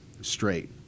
straight